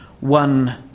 one